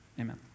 amen